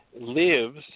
lives